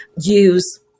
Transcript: Use